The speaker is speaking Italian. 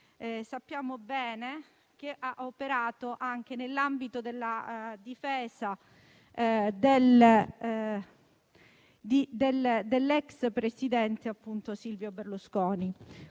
sappiamo bene aver operato anche nell'ambito della difesa dell'*ex* presidente Silvio Berlusconi.